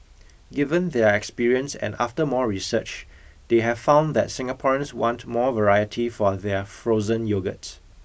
given their experience and after more research they have found that Singaporeans want more variety for their frozen yogurt